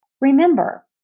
Remember